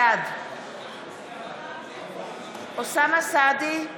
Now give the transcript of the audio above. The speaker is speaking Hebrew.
בעד בצלאל סמוטריץ' נגד אוסאמה סעדי,